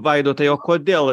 vaidotai o kodėl